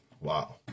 Wow